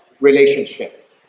relationship